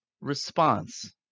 response